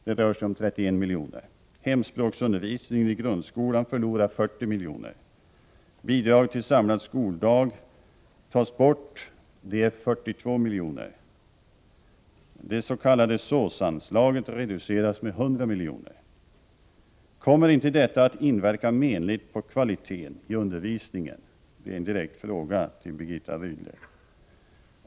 Det rör sig om 31 miljoner. Hemspråksundervisningen i grundskolan förlorar 40 miljoner. Bidraget till samlad skoldag tas bort. Det är 42 miljoner. Det s.k. SÅS-anslaget reduceras med 100 miljoner. Kommer inte detta att inverka menligt på kvaliteten i undervisningen? Det är en direkt fråga till Birgitta Rydle.